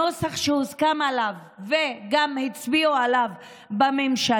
הנוסח שהוסכם עליו, וגם הצביעו עליו בממשלה,